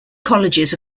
colleges